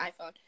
iPhone